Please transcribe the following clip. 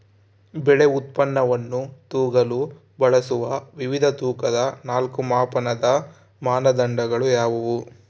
ಬೆಳೆ ಉತ್ಪನ್ನವನ್ನು ತೂಗಲು ಬಳಸುವ ವಿವಿಧ ತೂಕದ ನಾಲ್ಕು ಮಾಪನದ ಮಾನದಂಡಗಳು ಯಾವುವು?